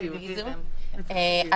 רצידיוויזם,